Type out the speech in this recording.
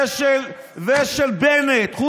ושל בנט, 50 מיליון.